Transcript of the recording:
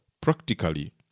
practically